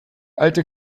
alte